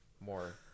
more